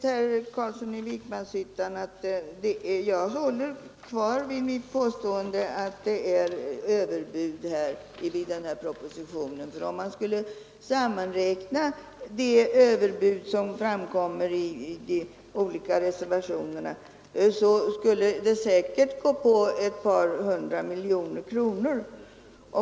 Herr talman! Jag håller fast vid mitt påstående, herr Carlsson i Vikmanshyttan, att det är överbud här. Om man skulle sammanräkna de överbud som förekommer i de olika reservationerna skulle det säkerligen bli ett par hundra miljoner kronor.